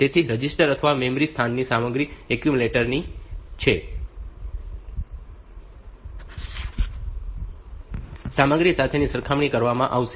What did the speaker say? તેથી રજિસ્ટર અથવા મેમરી સ્થાનની સામગ્રીની એક્યુમ્યુલેટરની સામગ્રી સાથે સરખામણી કરવામાં આવશે